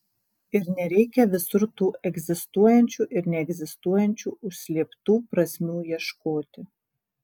ir nereikia visur tų egzistuojančių ir neegzistuojančių užslėptų prasmių ieškoti